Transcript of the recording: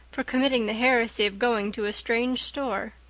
for committing the heresy of going to a strange store.